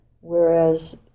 Whereas